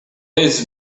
his